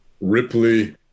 Ripley